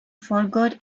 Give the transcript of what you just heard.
forgot